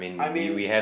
I mean